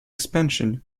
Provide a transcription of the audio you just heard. expansion